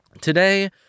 Today